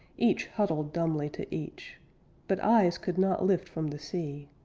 each huddled dumbly to each but eyes could not lift from the sea,